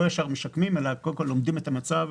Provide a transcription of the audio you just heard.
לא ישר משקמים אלא קודם כול לומדים את המצב,